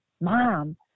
mom